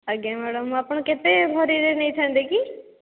ଆଜ୍ଞା ମ୍ୟାଡ଼ମ୍ ମୁଁ ଆପଣ କେତେ ଭରିରେ ନେଇଥାନ୍ତେ କି